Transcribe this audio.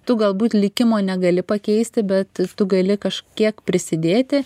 tu galbūt likimo negali pakeisti bet tu gali kažkiek prisidėti